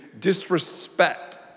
disrespect